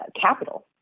capital